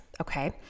Okay